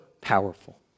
powerful